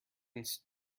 have